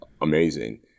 amazing